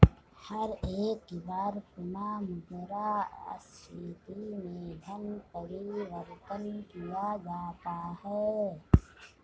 हर एक बार पुनः मुद्रा स्फीती में धन परिवर्तन किया जाता है